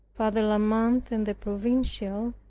father la mothe and the provincial,